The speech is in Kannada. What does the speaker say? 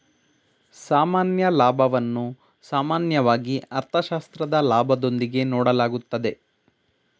ಸಾಮಾನ್ಯ ಲಾಭವನ್ನು ಸಾಮಾನ್ಯವಾಗಿ ಅರ್ಥಶಾಸ್ತ್ರದ ಲಾಭದೊಂದಿಗೆ ನೋಡಲಾಗುತ್ತದೆ